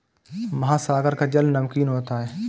महासागर का जल नमकीन होता है